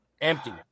empty